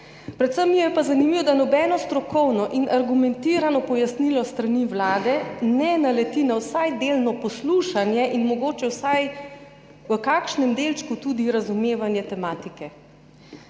Predvsem mi je pa zanimivo, da nobeno strokovno in argumentirano pojasnilo s strani Vlade ne naleti na vsaj delno poslušanje in mogoče vsaj v kakšnem delčku tudi razumevanje tematike.